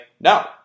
No